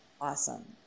awesome